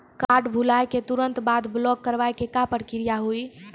Card भुलाए के तुरंत बाद ब्लॉक करवाए के का प्रक्रिया हुई?